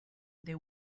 they